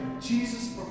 Jesus